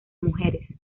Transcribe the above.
mujeres